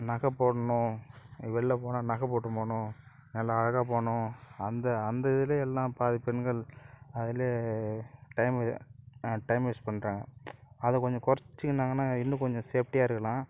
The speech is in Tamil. நகை போடணும் வெளில போனால் நகை போட்டுன்னு போகணும் நல்லா அழகாக போகணும் அந்த அந்த இதுல எல்லாம் பாதி பெண்கள் அதுலயே டைம்மு டைம் வேஸ்ட் பண்ணுறாங்க அதை கொஞ்சம் குறச்சிக்கினாங்கன்னா இன்னும் கொஞ்சம் சேஃப்ட்டியாக இருக்கலாம்